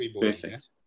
Perfect